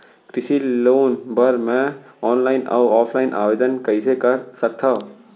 कृषि लोन बर मैं ऑनलाइन अऊ ऑफलाइन आवेदन कइसे कर सकथव?